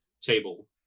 table